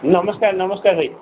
ନମସ୍କାର ନମସ୍କାର ଭାଇ